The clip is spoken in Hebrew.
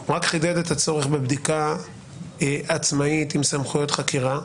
הוא רק חידד את הצורך בבדיקה עצמאית עם סמכויות חקירה.